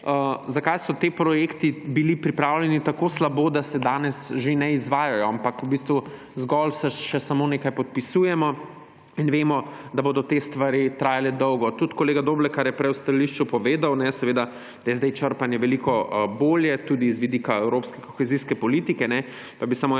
zakaj so ti projekti bili pripravljeni tako slabo, da se danes že ne izvajajo, ampak v bistvu zgolj še samo nekaj podpisujemo in vemo, da bodo te stvari trajale dolgo. Tudi kolega Doblekar je prej v stališču povedal, da je zdaj črpanje veliko bolje tudi z vidika evropske kohezijske politike, pa bi samo na